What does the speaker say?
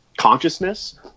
consciousness